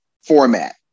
format